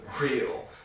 real